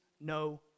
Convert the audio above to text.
no